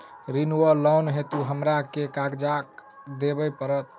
ऋण वा लोन हेतु हमरा केँ कागज देबै पड़त?